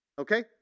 Okay